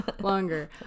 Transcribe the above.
longer